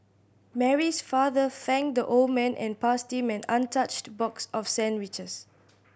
Mary's father thanked the old man and passed him an untouched box of sandwiches